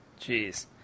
Jeez